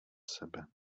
sebe